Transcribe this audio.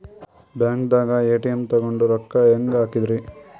ಬ್ಯಾಂಕ್ದಾಗ ಎ.ಟಿ.ಎಂ ತಗೊಂಡ್ ರೊಕ್ಕ ಹೆಂಗ್ ಹಾಕದ್ರಿ?